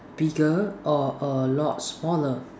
bigger or a lot smaller